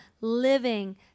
living